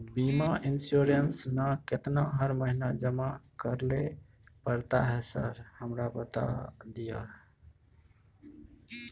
बीमा इन्सुरेंस ना केतना हर महीना जमा करैले पड़ता है सर हमरा बता दिय?